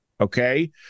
Okay